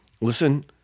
listen